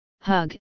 hug